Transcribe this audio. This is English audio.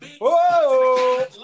Whoa